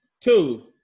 Two